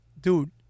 dude